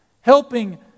helping